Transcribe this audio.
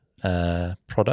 product